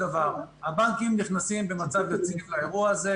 הבנקים נכנסים במצב רציני לאירוע הזה.